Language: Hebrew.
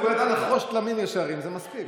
אם הוא ידע לחרוש תלמים ישירים, זה מספיק.